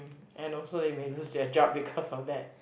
and also they may lose their job because of that